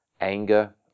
anger